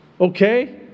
okay